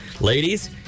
ladies